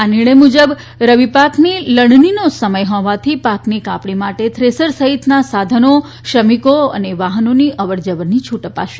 આ નિર્ણય મુજબ રવિપાકની લણણીનો સમય હોવાથી પાકની કાપણી માટે થ્રેસર સહિતના સાધનો શ્રમિકો વાહનોની અવર જવરની છુટ અપાશે